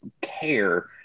care